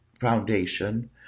Foundation